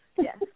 Yes